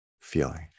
feeling